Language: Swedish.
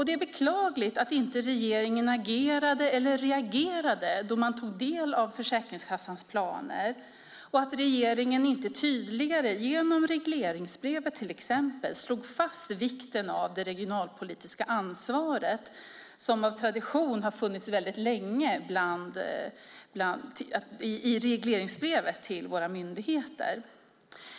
Det är beklagligt att inte regeringen agerade eller reagerade när man tog del av Försäkringskassans planer och att inte regeringen tydligare genom till exempel regleringsbrevet slog fast vikten av det regionalpolitiska ansvaret som av tradition har funnits väldigt länge i regleringsbrev till våra myndigheter.